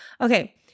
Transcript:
Okay